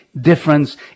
difference